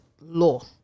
law